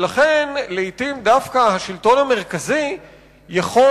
ולכן לעתים דווקא השלטון המרכזי יכול